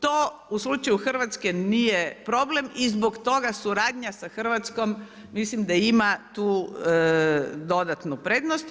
To u slučaju Hrvatsku nije problem i zbog toga suradnja sa Hrvatskom mislim da ima tu dodatnu prednost.